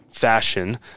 fashion